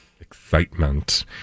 excitement